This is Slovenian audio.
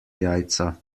jajca